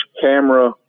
camera